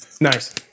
Nice